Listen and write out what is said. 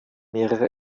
mehrere